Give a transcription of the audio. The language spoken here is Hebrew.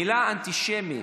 המילה אנטישמי,